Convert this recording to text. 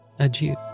Adieu